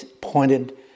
pointed